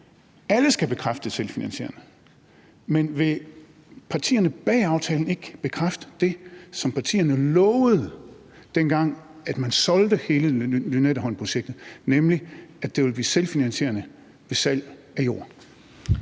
Alle skal bekræfte, at det er selvfinansierende. Men vil partierne bag aftalen ikke bekræfte det, som partierne lovede, dengang man solgte hele Lynetteholmprojektet, nemlig at det vil blive selvfinansierende ved salg af jord?